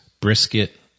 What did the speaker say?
brisket